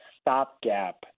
stopgap